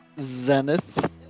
Zenith